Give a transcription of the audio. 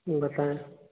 बताएँ